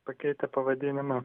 pakeitę pavadinimą